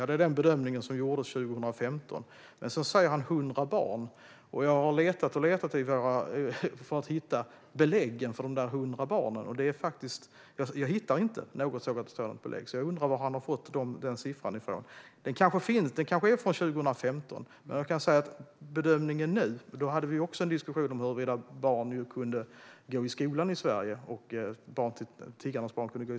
Det var den bedömning som gjordes 2015. Men sedan säger han också att det rör sig om 100 barn. Jag har letat och letat för att hitta belägg för de där 100 barnen. Men jag hittar inte något sådant och undrar därför var han har fått den siffran från. Den kanske är från 2015. Då hade vi också en diskussion om barn till tiggare kunde gå i skolan i Sverige.